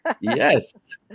Yes